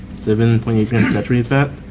seven point eight grams saturated fat.